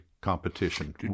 competition